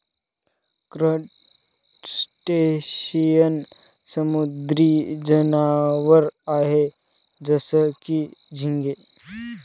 crustacean समुद्री जनावर आहे जसं की, झिंगे